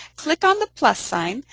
click on the plus sign,